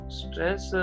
stress